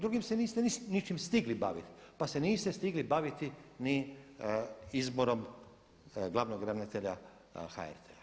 Drugim se niste ničim stigli baviti, pa se niste stigli baviti ni izborom glavnog ravnatelja HRT-a.